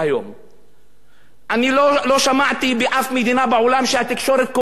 לא שמעתי באף מדינה בעולם שהתקשורת קובעת לעם ישראל במי לבחור.